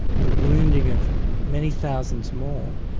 the wounding of many thousands more,